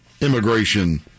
immigration